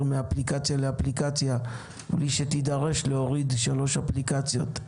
מאפליקציה לאפליקציה בלי שתידרש להוריד שלוש אפליקציות.